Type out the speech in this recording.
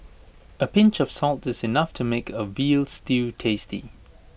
A pinch of salt is enough to make A Veal Stew tasty